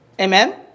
Amen